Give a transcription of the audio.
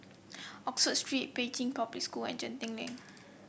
Oxford Street Pei Chun Public School and Genting Link